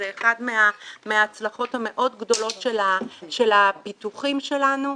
זו אחת מההצלחות המאוד גדולות של הפיתוחים שלנו.